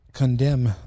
condemn